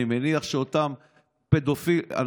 אני מניח שאותם פדופילים,